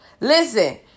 Listen